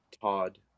todd